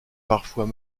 parfois